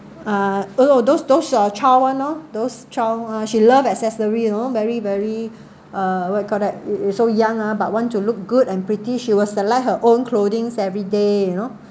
uh oo those those uh child [one] loh those child she love accessory you know very very uh what you call that is is so young ah but want to look good and pretty she will select her own clothings every day you know